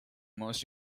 most